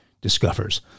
discovers